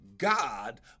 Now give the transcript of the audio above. God